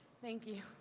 thank you.